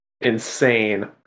insane